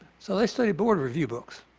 so let's say board review books,